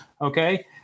okay